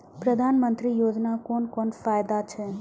प्रधानमंत्री योजना कोन कोन फायदा छै?